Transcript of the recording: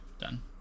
Done